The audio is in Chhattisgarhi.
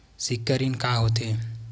सिक्छा ऋण का होथे?